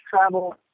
travel